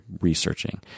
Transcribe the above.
researching